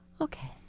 Okay